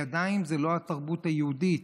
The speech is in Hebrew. ידיים זו לא התרבות היהודית,